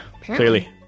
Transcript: Clearly